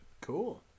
Cool